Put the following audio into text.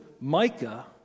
Micah